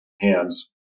hands